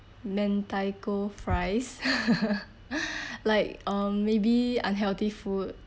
mentaiko fries like um maybe unhealthy food